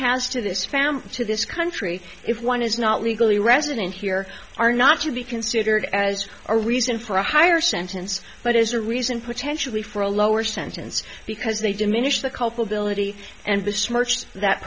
family to this country if one is not legally resident here are not to be considered as a reason for a higher sentence but as a reason potentially for a lower sentence because they diminish the culpability and th